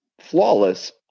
flawless